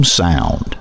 sound